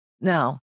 now